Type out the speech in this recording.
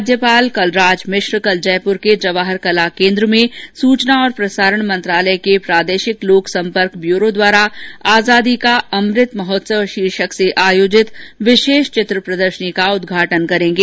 राज्यपाल कलराज मिश्र कल जयपूर के जवाहर कला केंद्र में सूचना और प्रसारण मंत्रालय के प्रादेशिक लोक संपर्क ब्यूरों द्वारा आजादी का अमृत महोत्सव शीर्षक से आयोजित विशेष चित्र प्रदर्शनी का उद्घाटन करेंगे